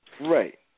Right